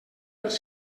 els